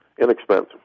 Inexpensive